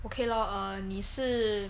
okay lor uh 你是